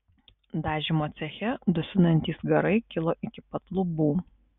dažymo ceche dusinantys garai kilo iki pat lubų